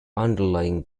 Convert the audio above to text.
underlying